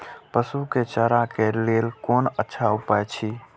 पशु के चारा के लेल कोन अच्छा उपाय अछि?